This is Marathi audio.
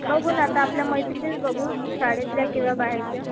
बघू ना आता आपल्या मैत्रिणीचं बघू शाळेतल्या किवा बाहेरच्या